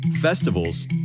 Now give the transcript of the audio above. Festivals